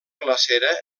glacera